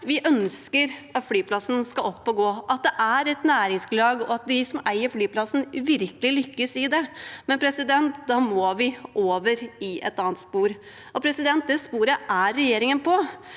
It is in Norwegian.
Vi ønsker at flyplassen skal opp og gå, at det er et næringsgrunnlag, og at de som eier flyplassen, virkelig lykkes i det, men da må vi over i et annet spor. Det sporet er regjeringen på.